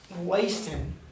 wasting